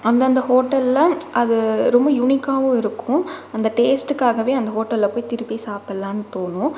அந்தந்த ஹோட்டலில் அது ரொம்ப யுனிக்காவும் இருக்கும் அந்த டேஸ்ட்டுக்காகவே அந்த ஹோட்டலில் போய் திருப்பி சாப்பிட்லான்னு தோணும்